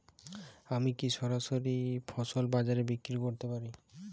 আমি কি সরাসরি ফসল বাজারে বিক্রি করতে পারি?